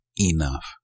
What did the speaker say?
enough